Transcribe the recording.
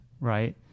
Right